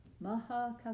Maha